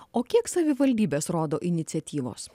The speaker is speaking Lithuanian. o kiek savivaldybės rodo iniciatyvos